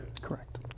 Correct